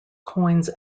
coins